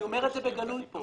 אני אומר את זה בגלוי כאן,